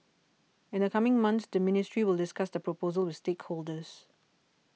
in the coming months the ministry will discuss the proposal with stakeholders